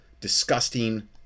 disgusting